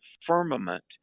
firmament